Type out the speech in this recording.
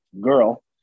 girl